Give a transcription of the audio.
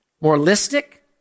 Moralistic